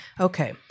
okay